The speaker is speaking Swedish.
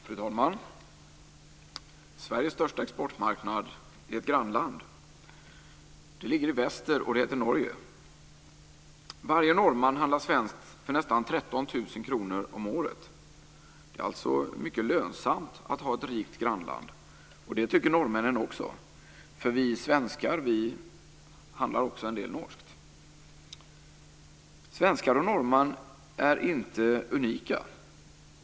Fru talman! Sveriges största exportmarknad är ett grannland. Det ligger i väster, och det heter Norge. Varje norrman handlar svenskt för nästan 13 000 kr om året. Det är alltså mycket lönsamt att ha ett rikt grannland. Det tycker norrmännen också, för vi svenskar handlar också en del norskt. Svenskar och norrmän är inte unika.